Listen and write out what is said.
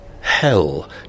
Hell